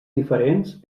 diferents